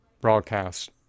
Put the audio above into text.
Broadcast